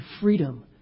freedom